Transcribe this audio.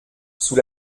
sous